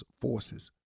forces